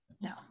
No